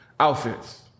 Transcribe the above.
outfits